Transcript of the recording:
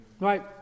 Right